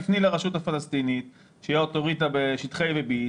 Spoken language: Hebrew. תפני לרשות הפלסטינית שהיא האוטוריטה בשטחי A ו-B,